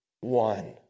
one